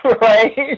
right